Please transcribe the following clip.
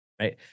right